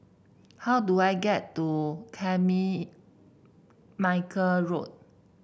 how do I get to Road